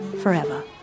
forever